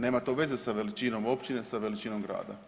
Nema to veze sa veličinom općine, sa veličinom grada.